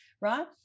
right